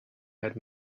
had